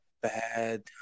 bad